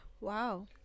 wow